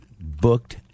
booked